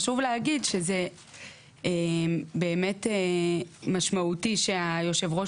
חשוב להגיד שזה באמת משמעותי שיושב הראש